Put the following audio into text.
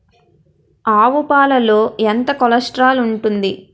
ఆవు పాలలో ఎంత కొలెస్ట్రాల్ ఉంటుంది?